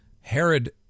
Herod